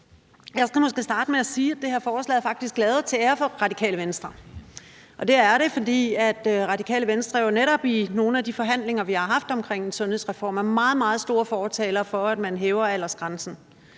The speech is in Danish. Jeg skal måske starte med at sige, at det her forslag faktisk er lavet til ære for Radikale Venstre. Og det er det, fordi Radikale Venstre jo netop i nogle af de forhandlinger, vi har haft om sundhedsreformen, er meget, meget store fortalere for, at man hæver aldersgrænsen.